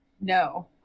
No